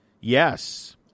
Yes